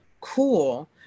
cool